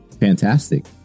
fantastic